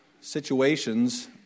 situations